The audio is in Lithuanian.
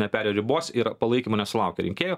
neperėjo ribos ir palaikymo nesulaukia rinkėjų